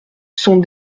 sont